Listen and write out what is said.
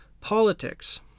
politics